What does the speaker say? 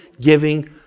giving